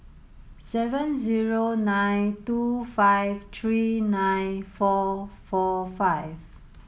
seven zero nine two five three nine four four five